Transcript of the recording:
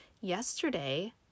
Yesterday